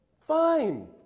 fine